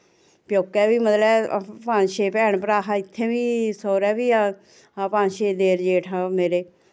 प्यौकै बी मतलब कि पंज छे भैन भ्राऽ हे इत्थै बी सौह्रेै बी पंज छे देर जेठ मेरे